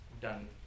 done